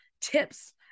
tips